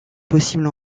possibles